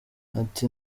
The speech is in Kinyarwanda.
ati